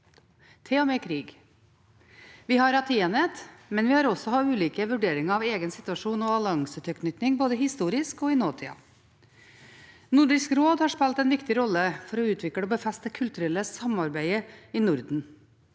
til og med krig. Vi har hatt enighet, men vi har også hatt ulike vurderinger av egen situasjon og alliansetilknytning, både historisk og i nåtid. Nordisk råd har spilt en viktig rolle for å utvikle og befeste det kulturelle samarbeidet i Norden.